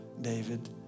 David